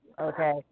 Okay